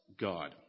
God